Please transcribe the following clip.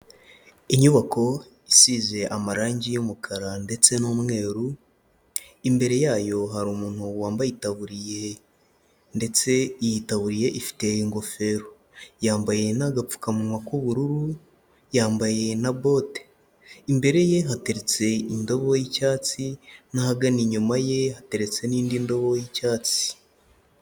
Inyubako isize amarangi y'umukara ndetse n'umweru, imbere yayo hari umuntu wambaye itaburiye ndetse iyi taburiye ifite ingofero, yambaye n'agapfukamunwa k'ubururu, yambaye na bote, imbere ye hateretse indobo y'icyatsi n'ahagana inyuma ye hateretse n'indi ndobo y'icyatsi.